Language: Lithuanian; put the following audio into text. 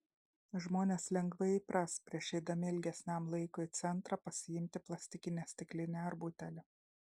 žmonės lengvai įpras prieš eidami ilgesniam laikui į centrą pasiimti plastikinę stiklinę ar butelį